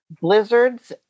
blizzards